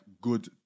good